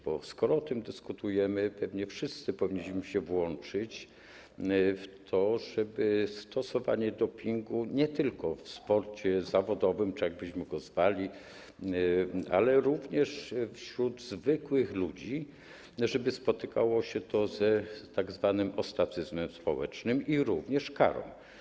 Bo skoro o tym dyskutujemy, pewnie wszyscy powinniśmy się włączyć w to, żeby stosowanie dopingu - nie tylko w sporcie zawodowym czy jakkolwiek byśmy go zwali, ale również wśród zwykłych ludzi - spotykało się z tzw. ostracyzmem społecznym i również z karą.